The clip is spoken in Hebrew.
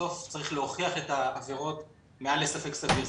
בסוף צריך להוכיח את העבירות מעל לספק סביר.